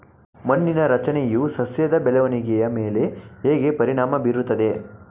ಮಣ್ಣಿನ ರಚನೆಯು ಸಸ್ಯದ ಬೆಳವಣಿಗೆಯ ಮೇಲೆ ಹೇಗೆ ಪರಿಣಾಮ ಬೀರುತ್ತದೆ?